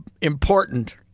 important